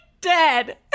dead